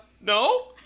no